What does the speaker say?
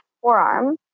forearm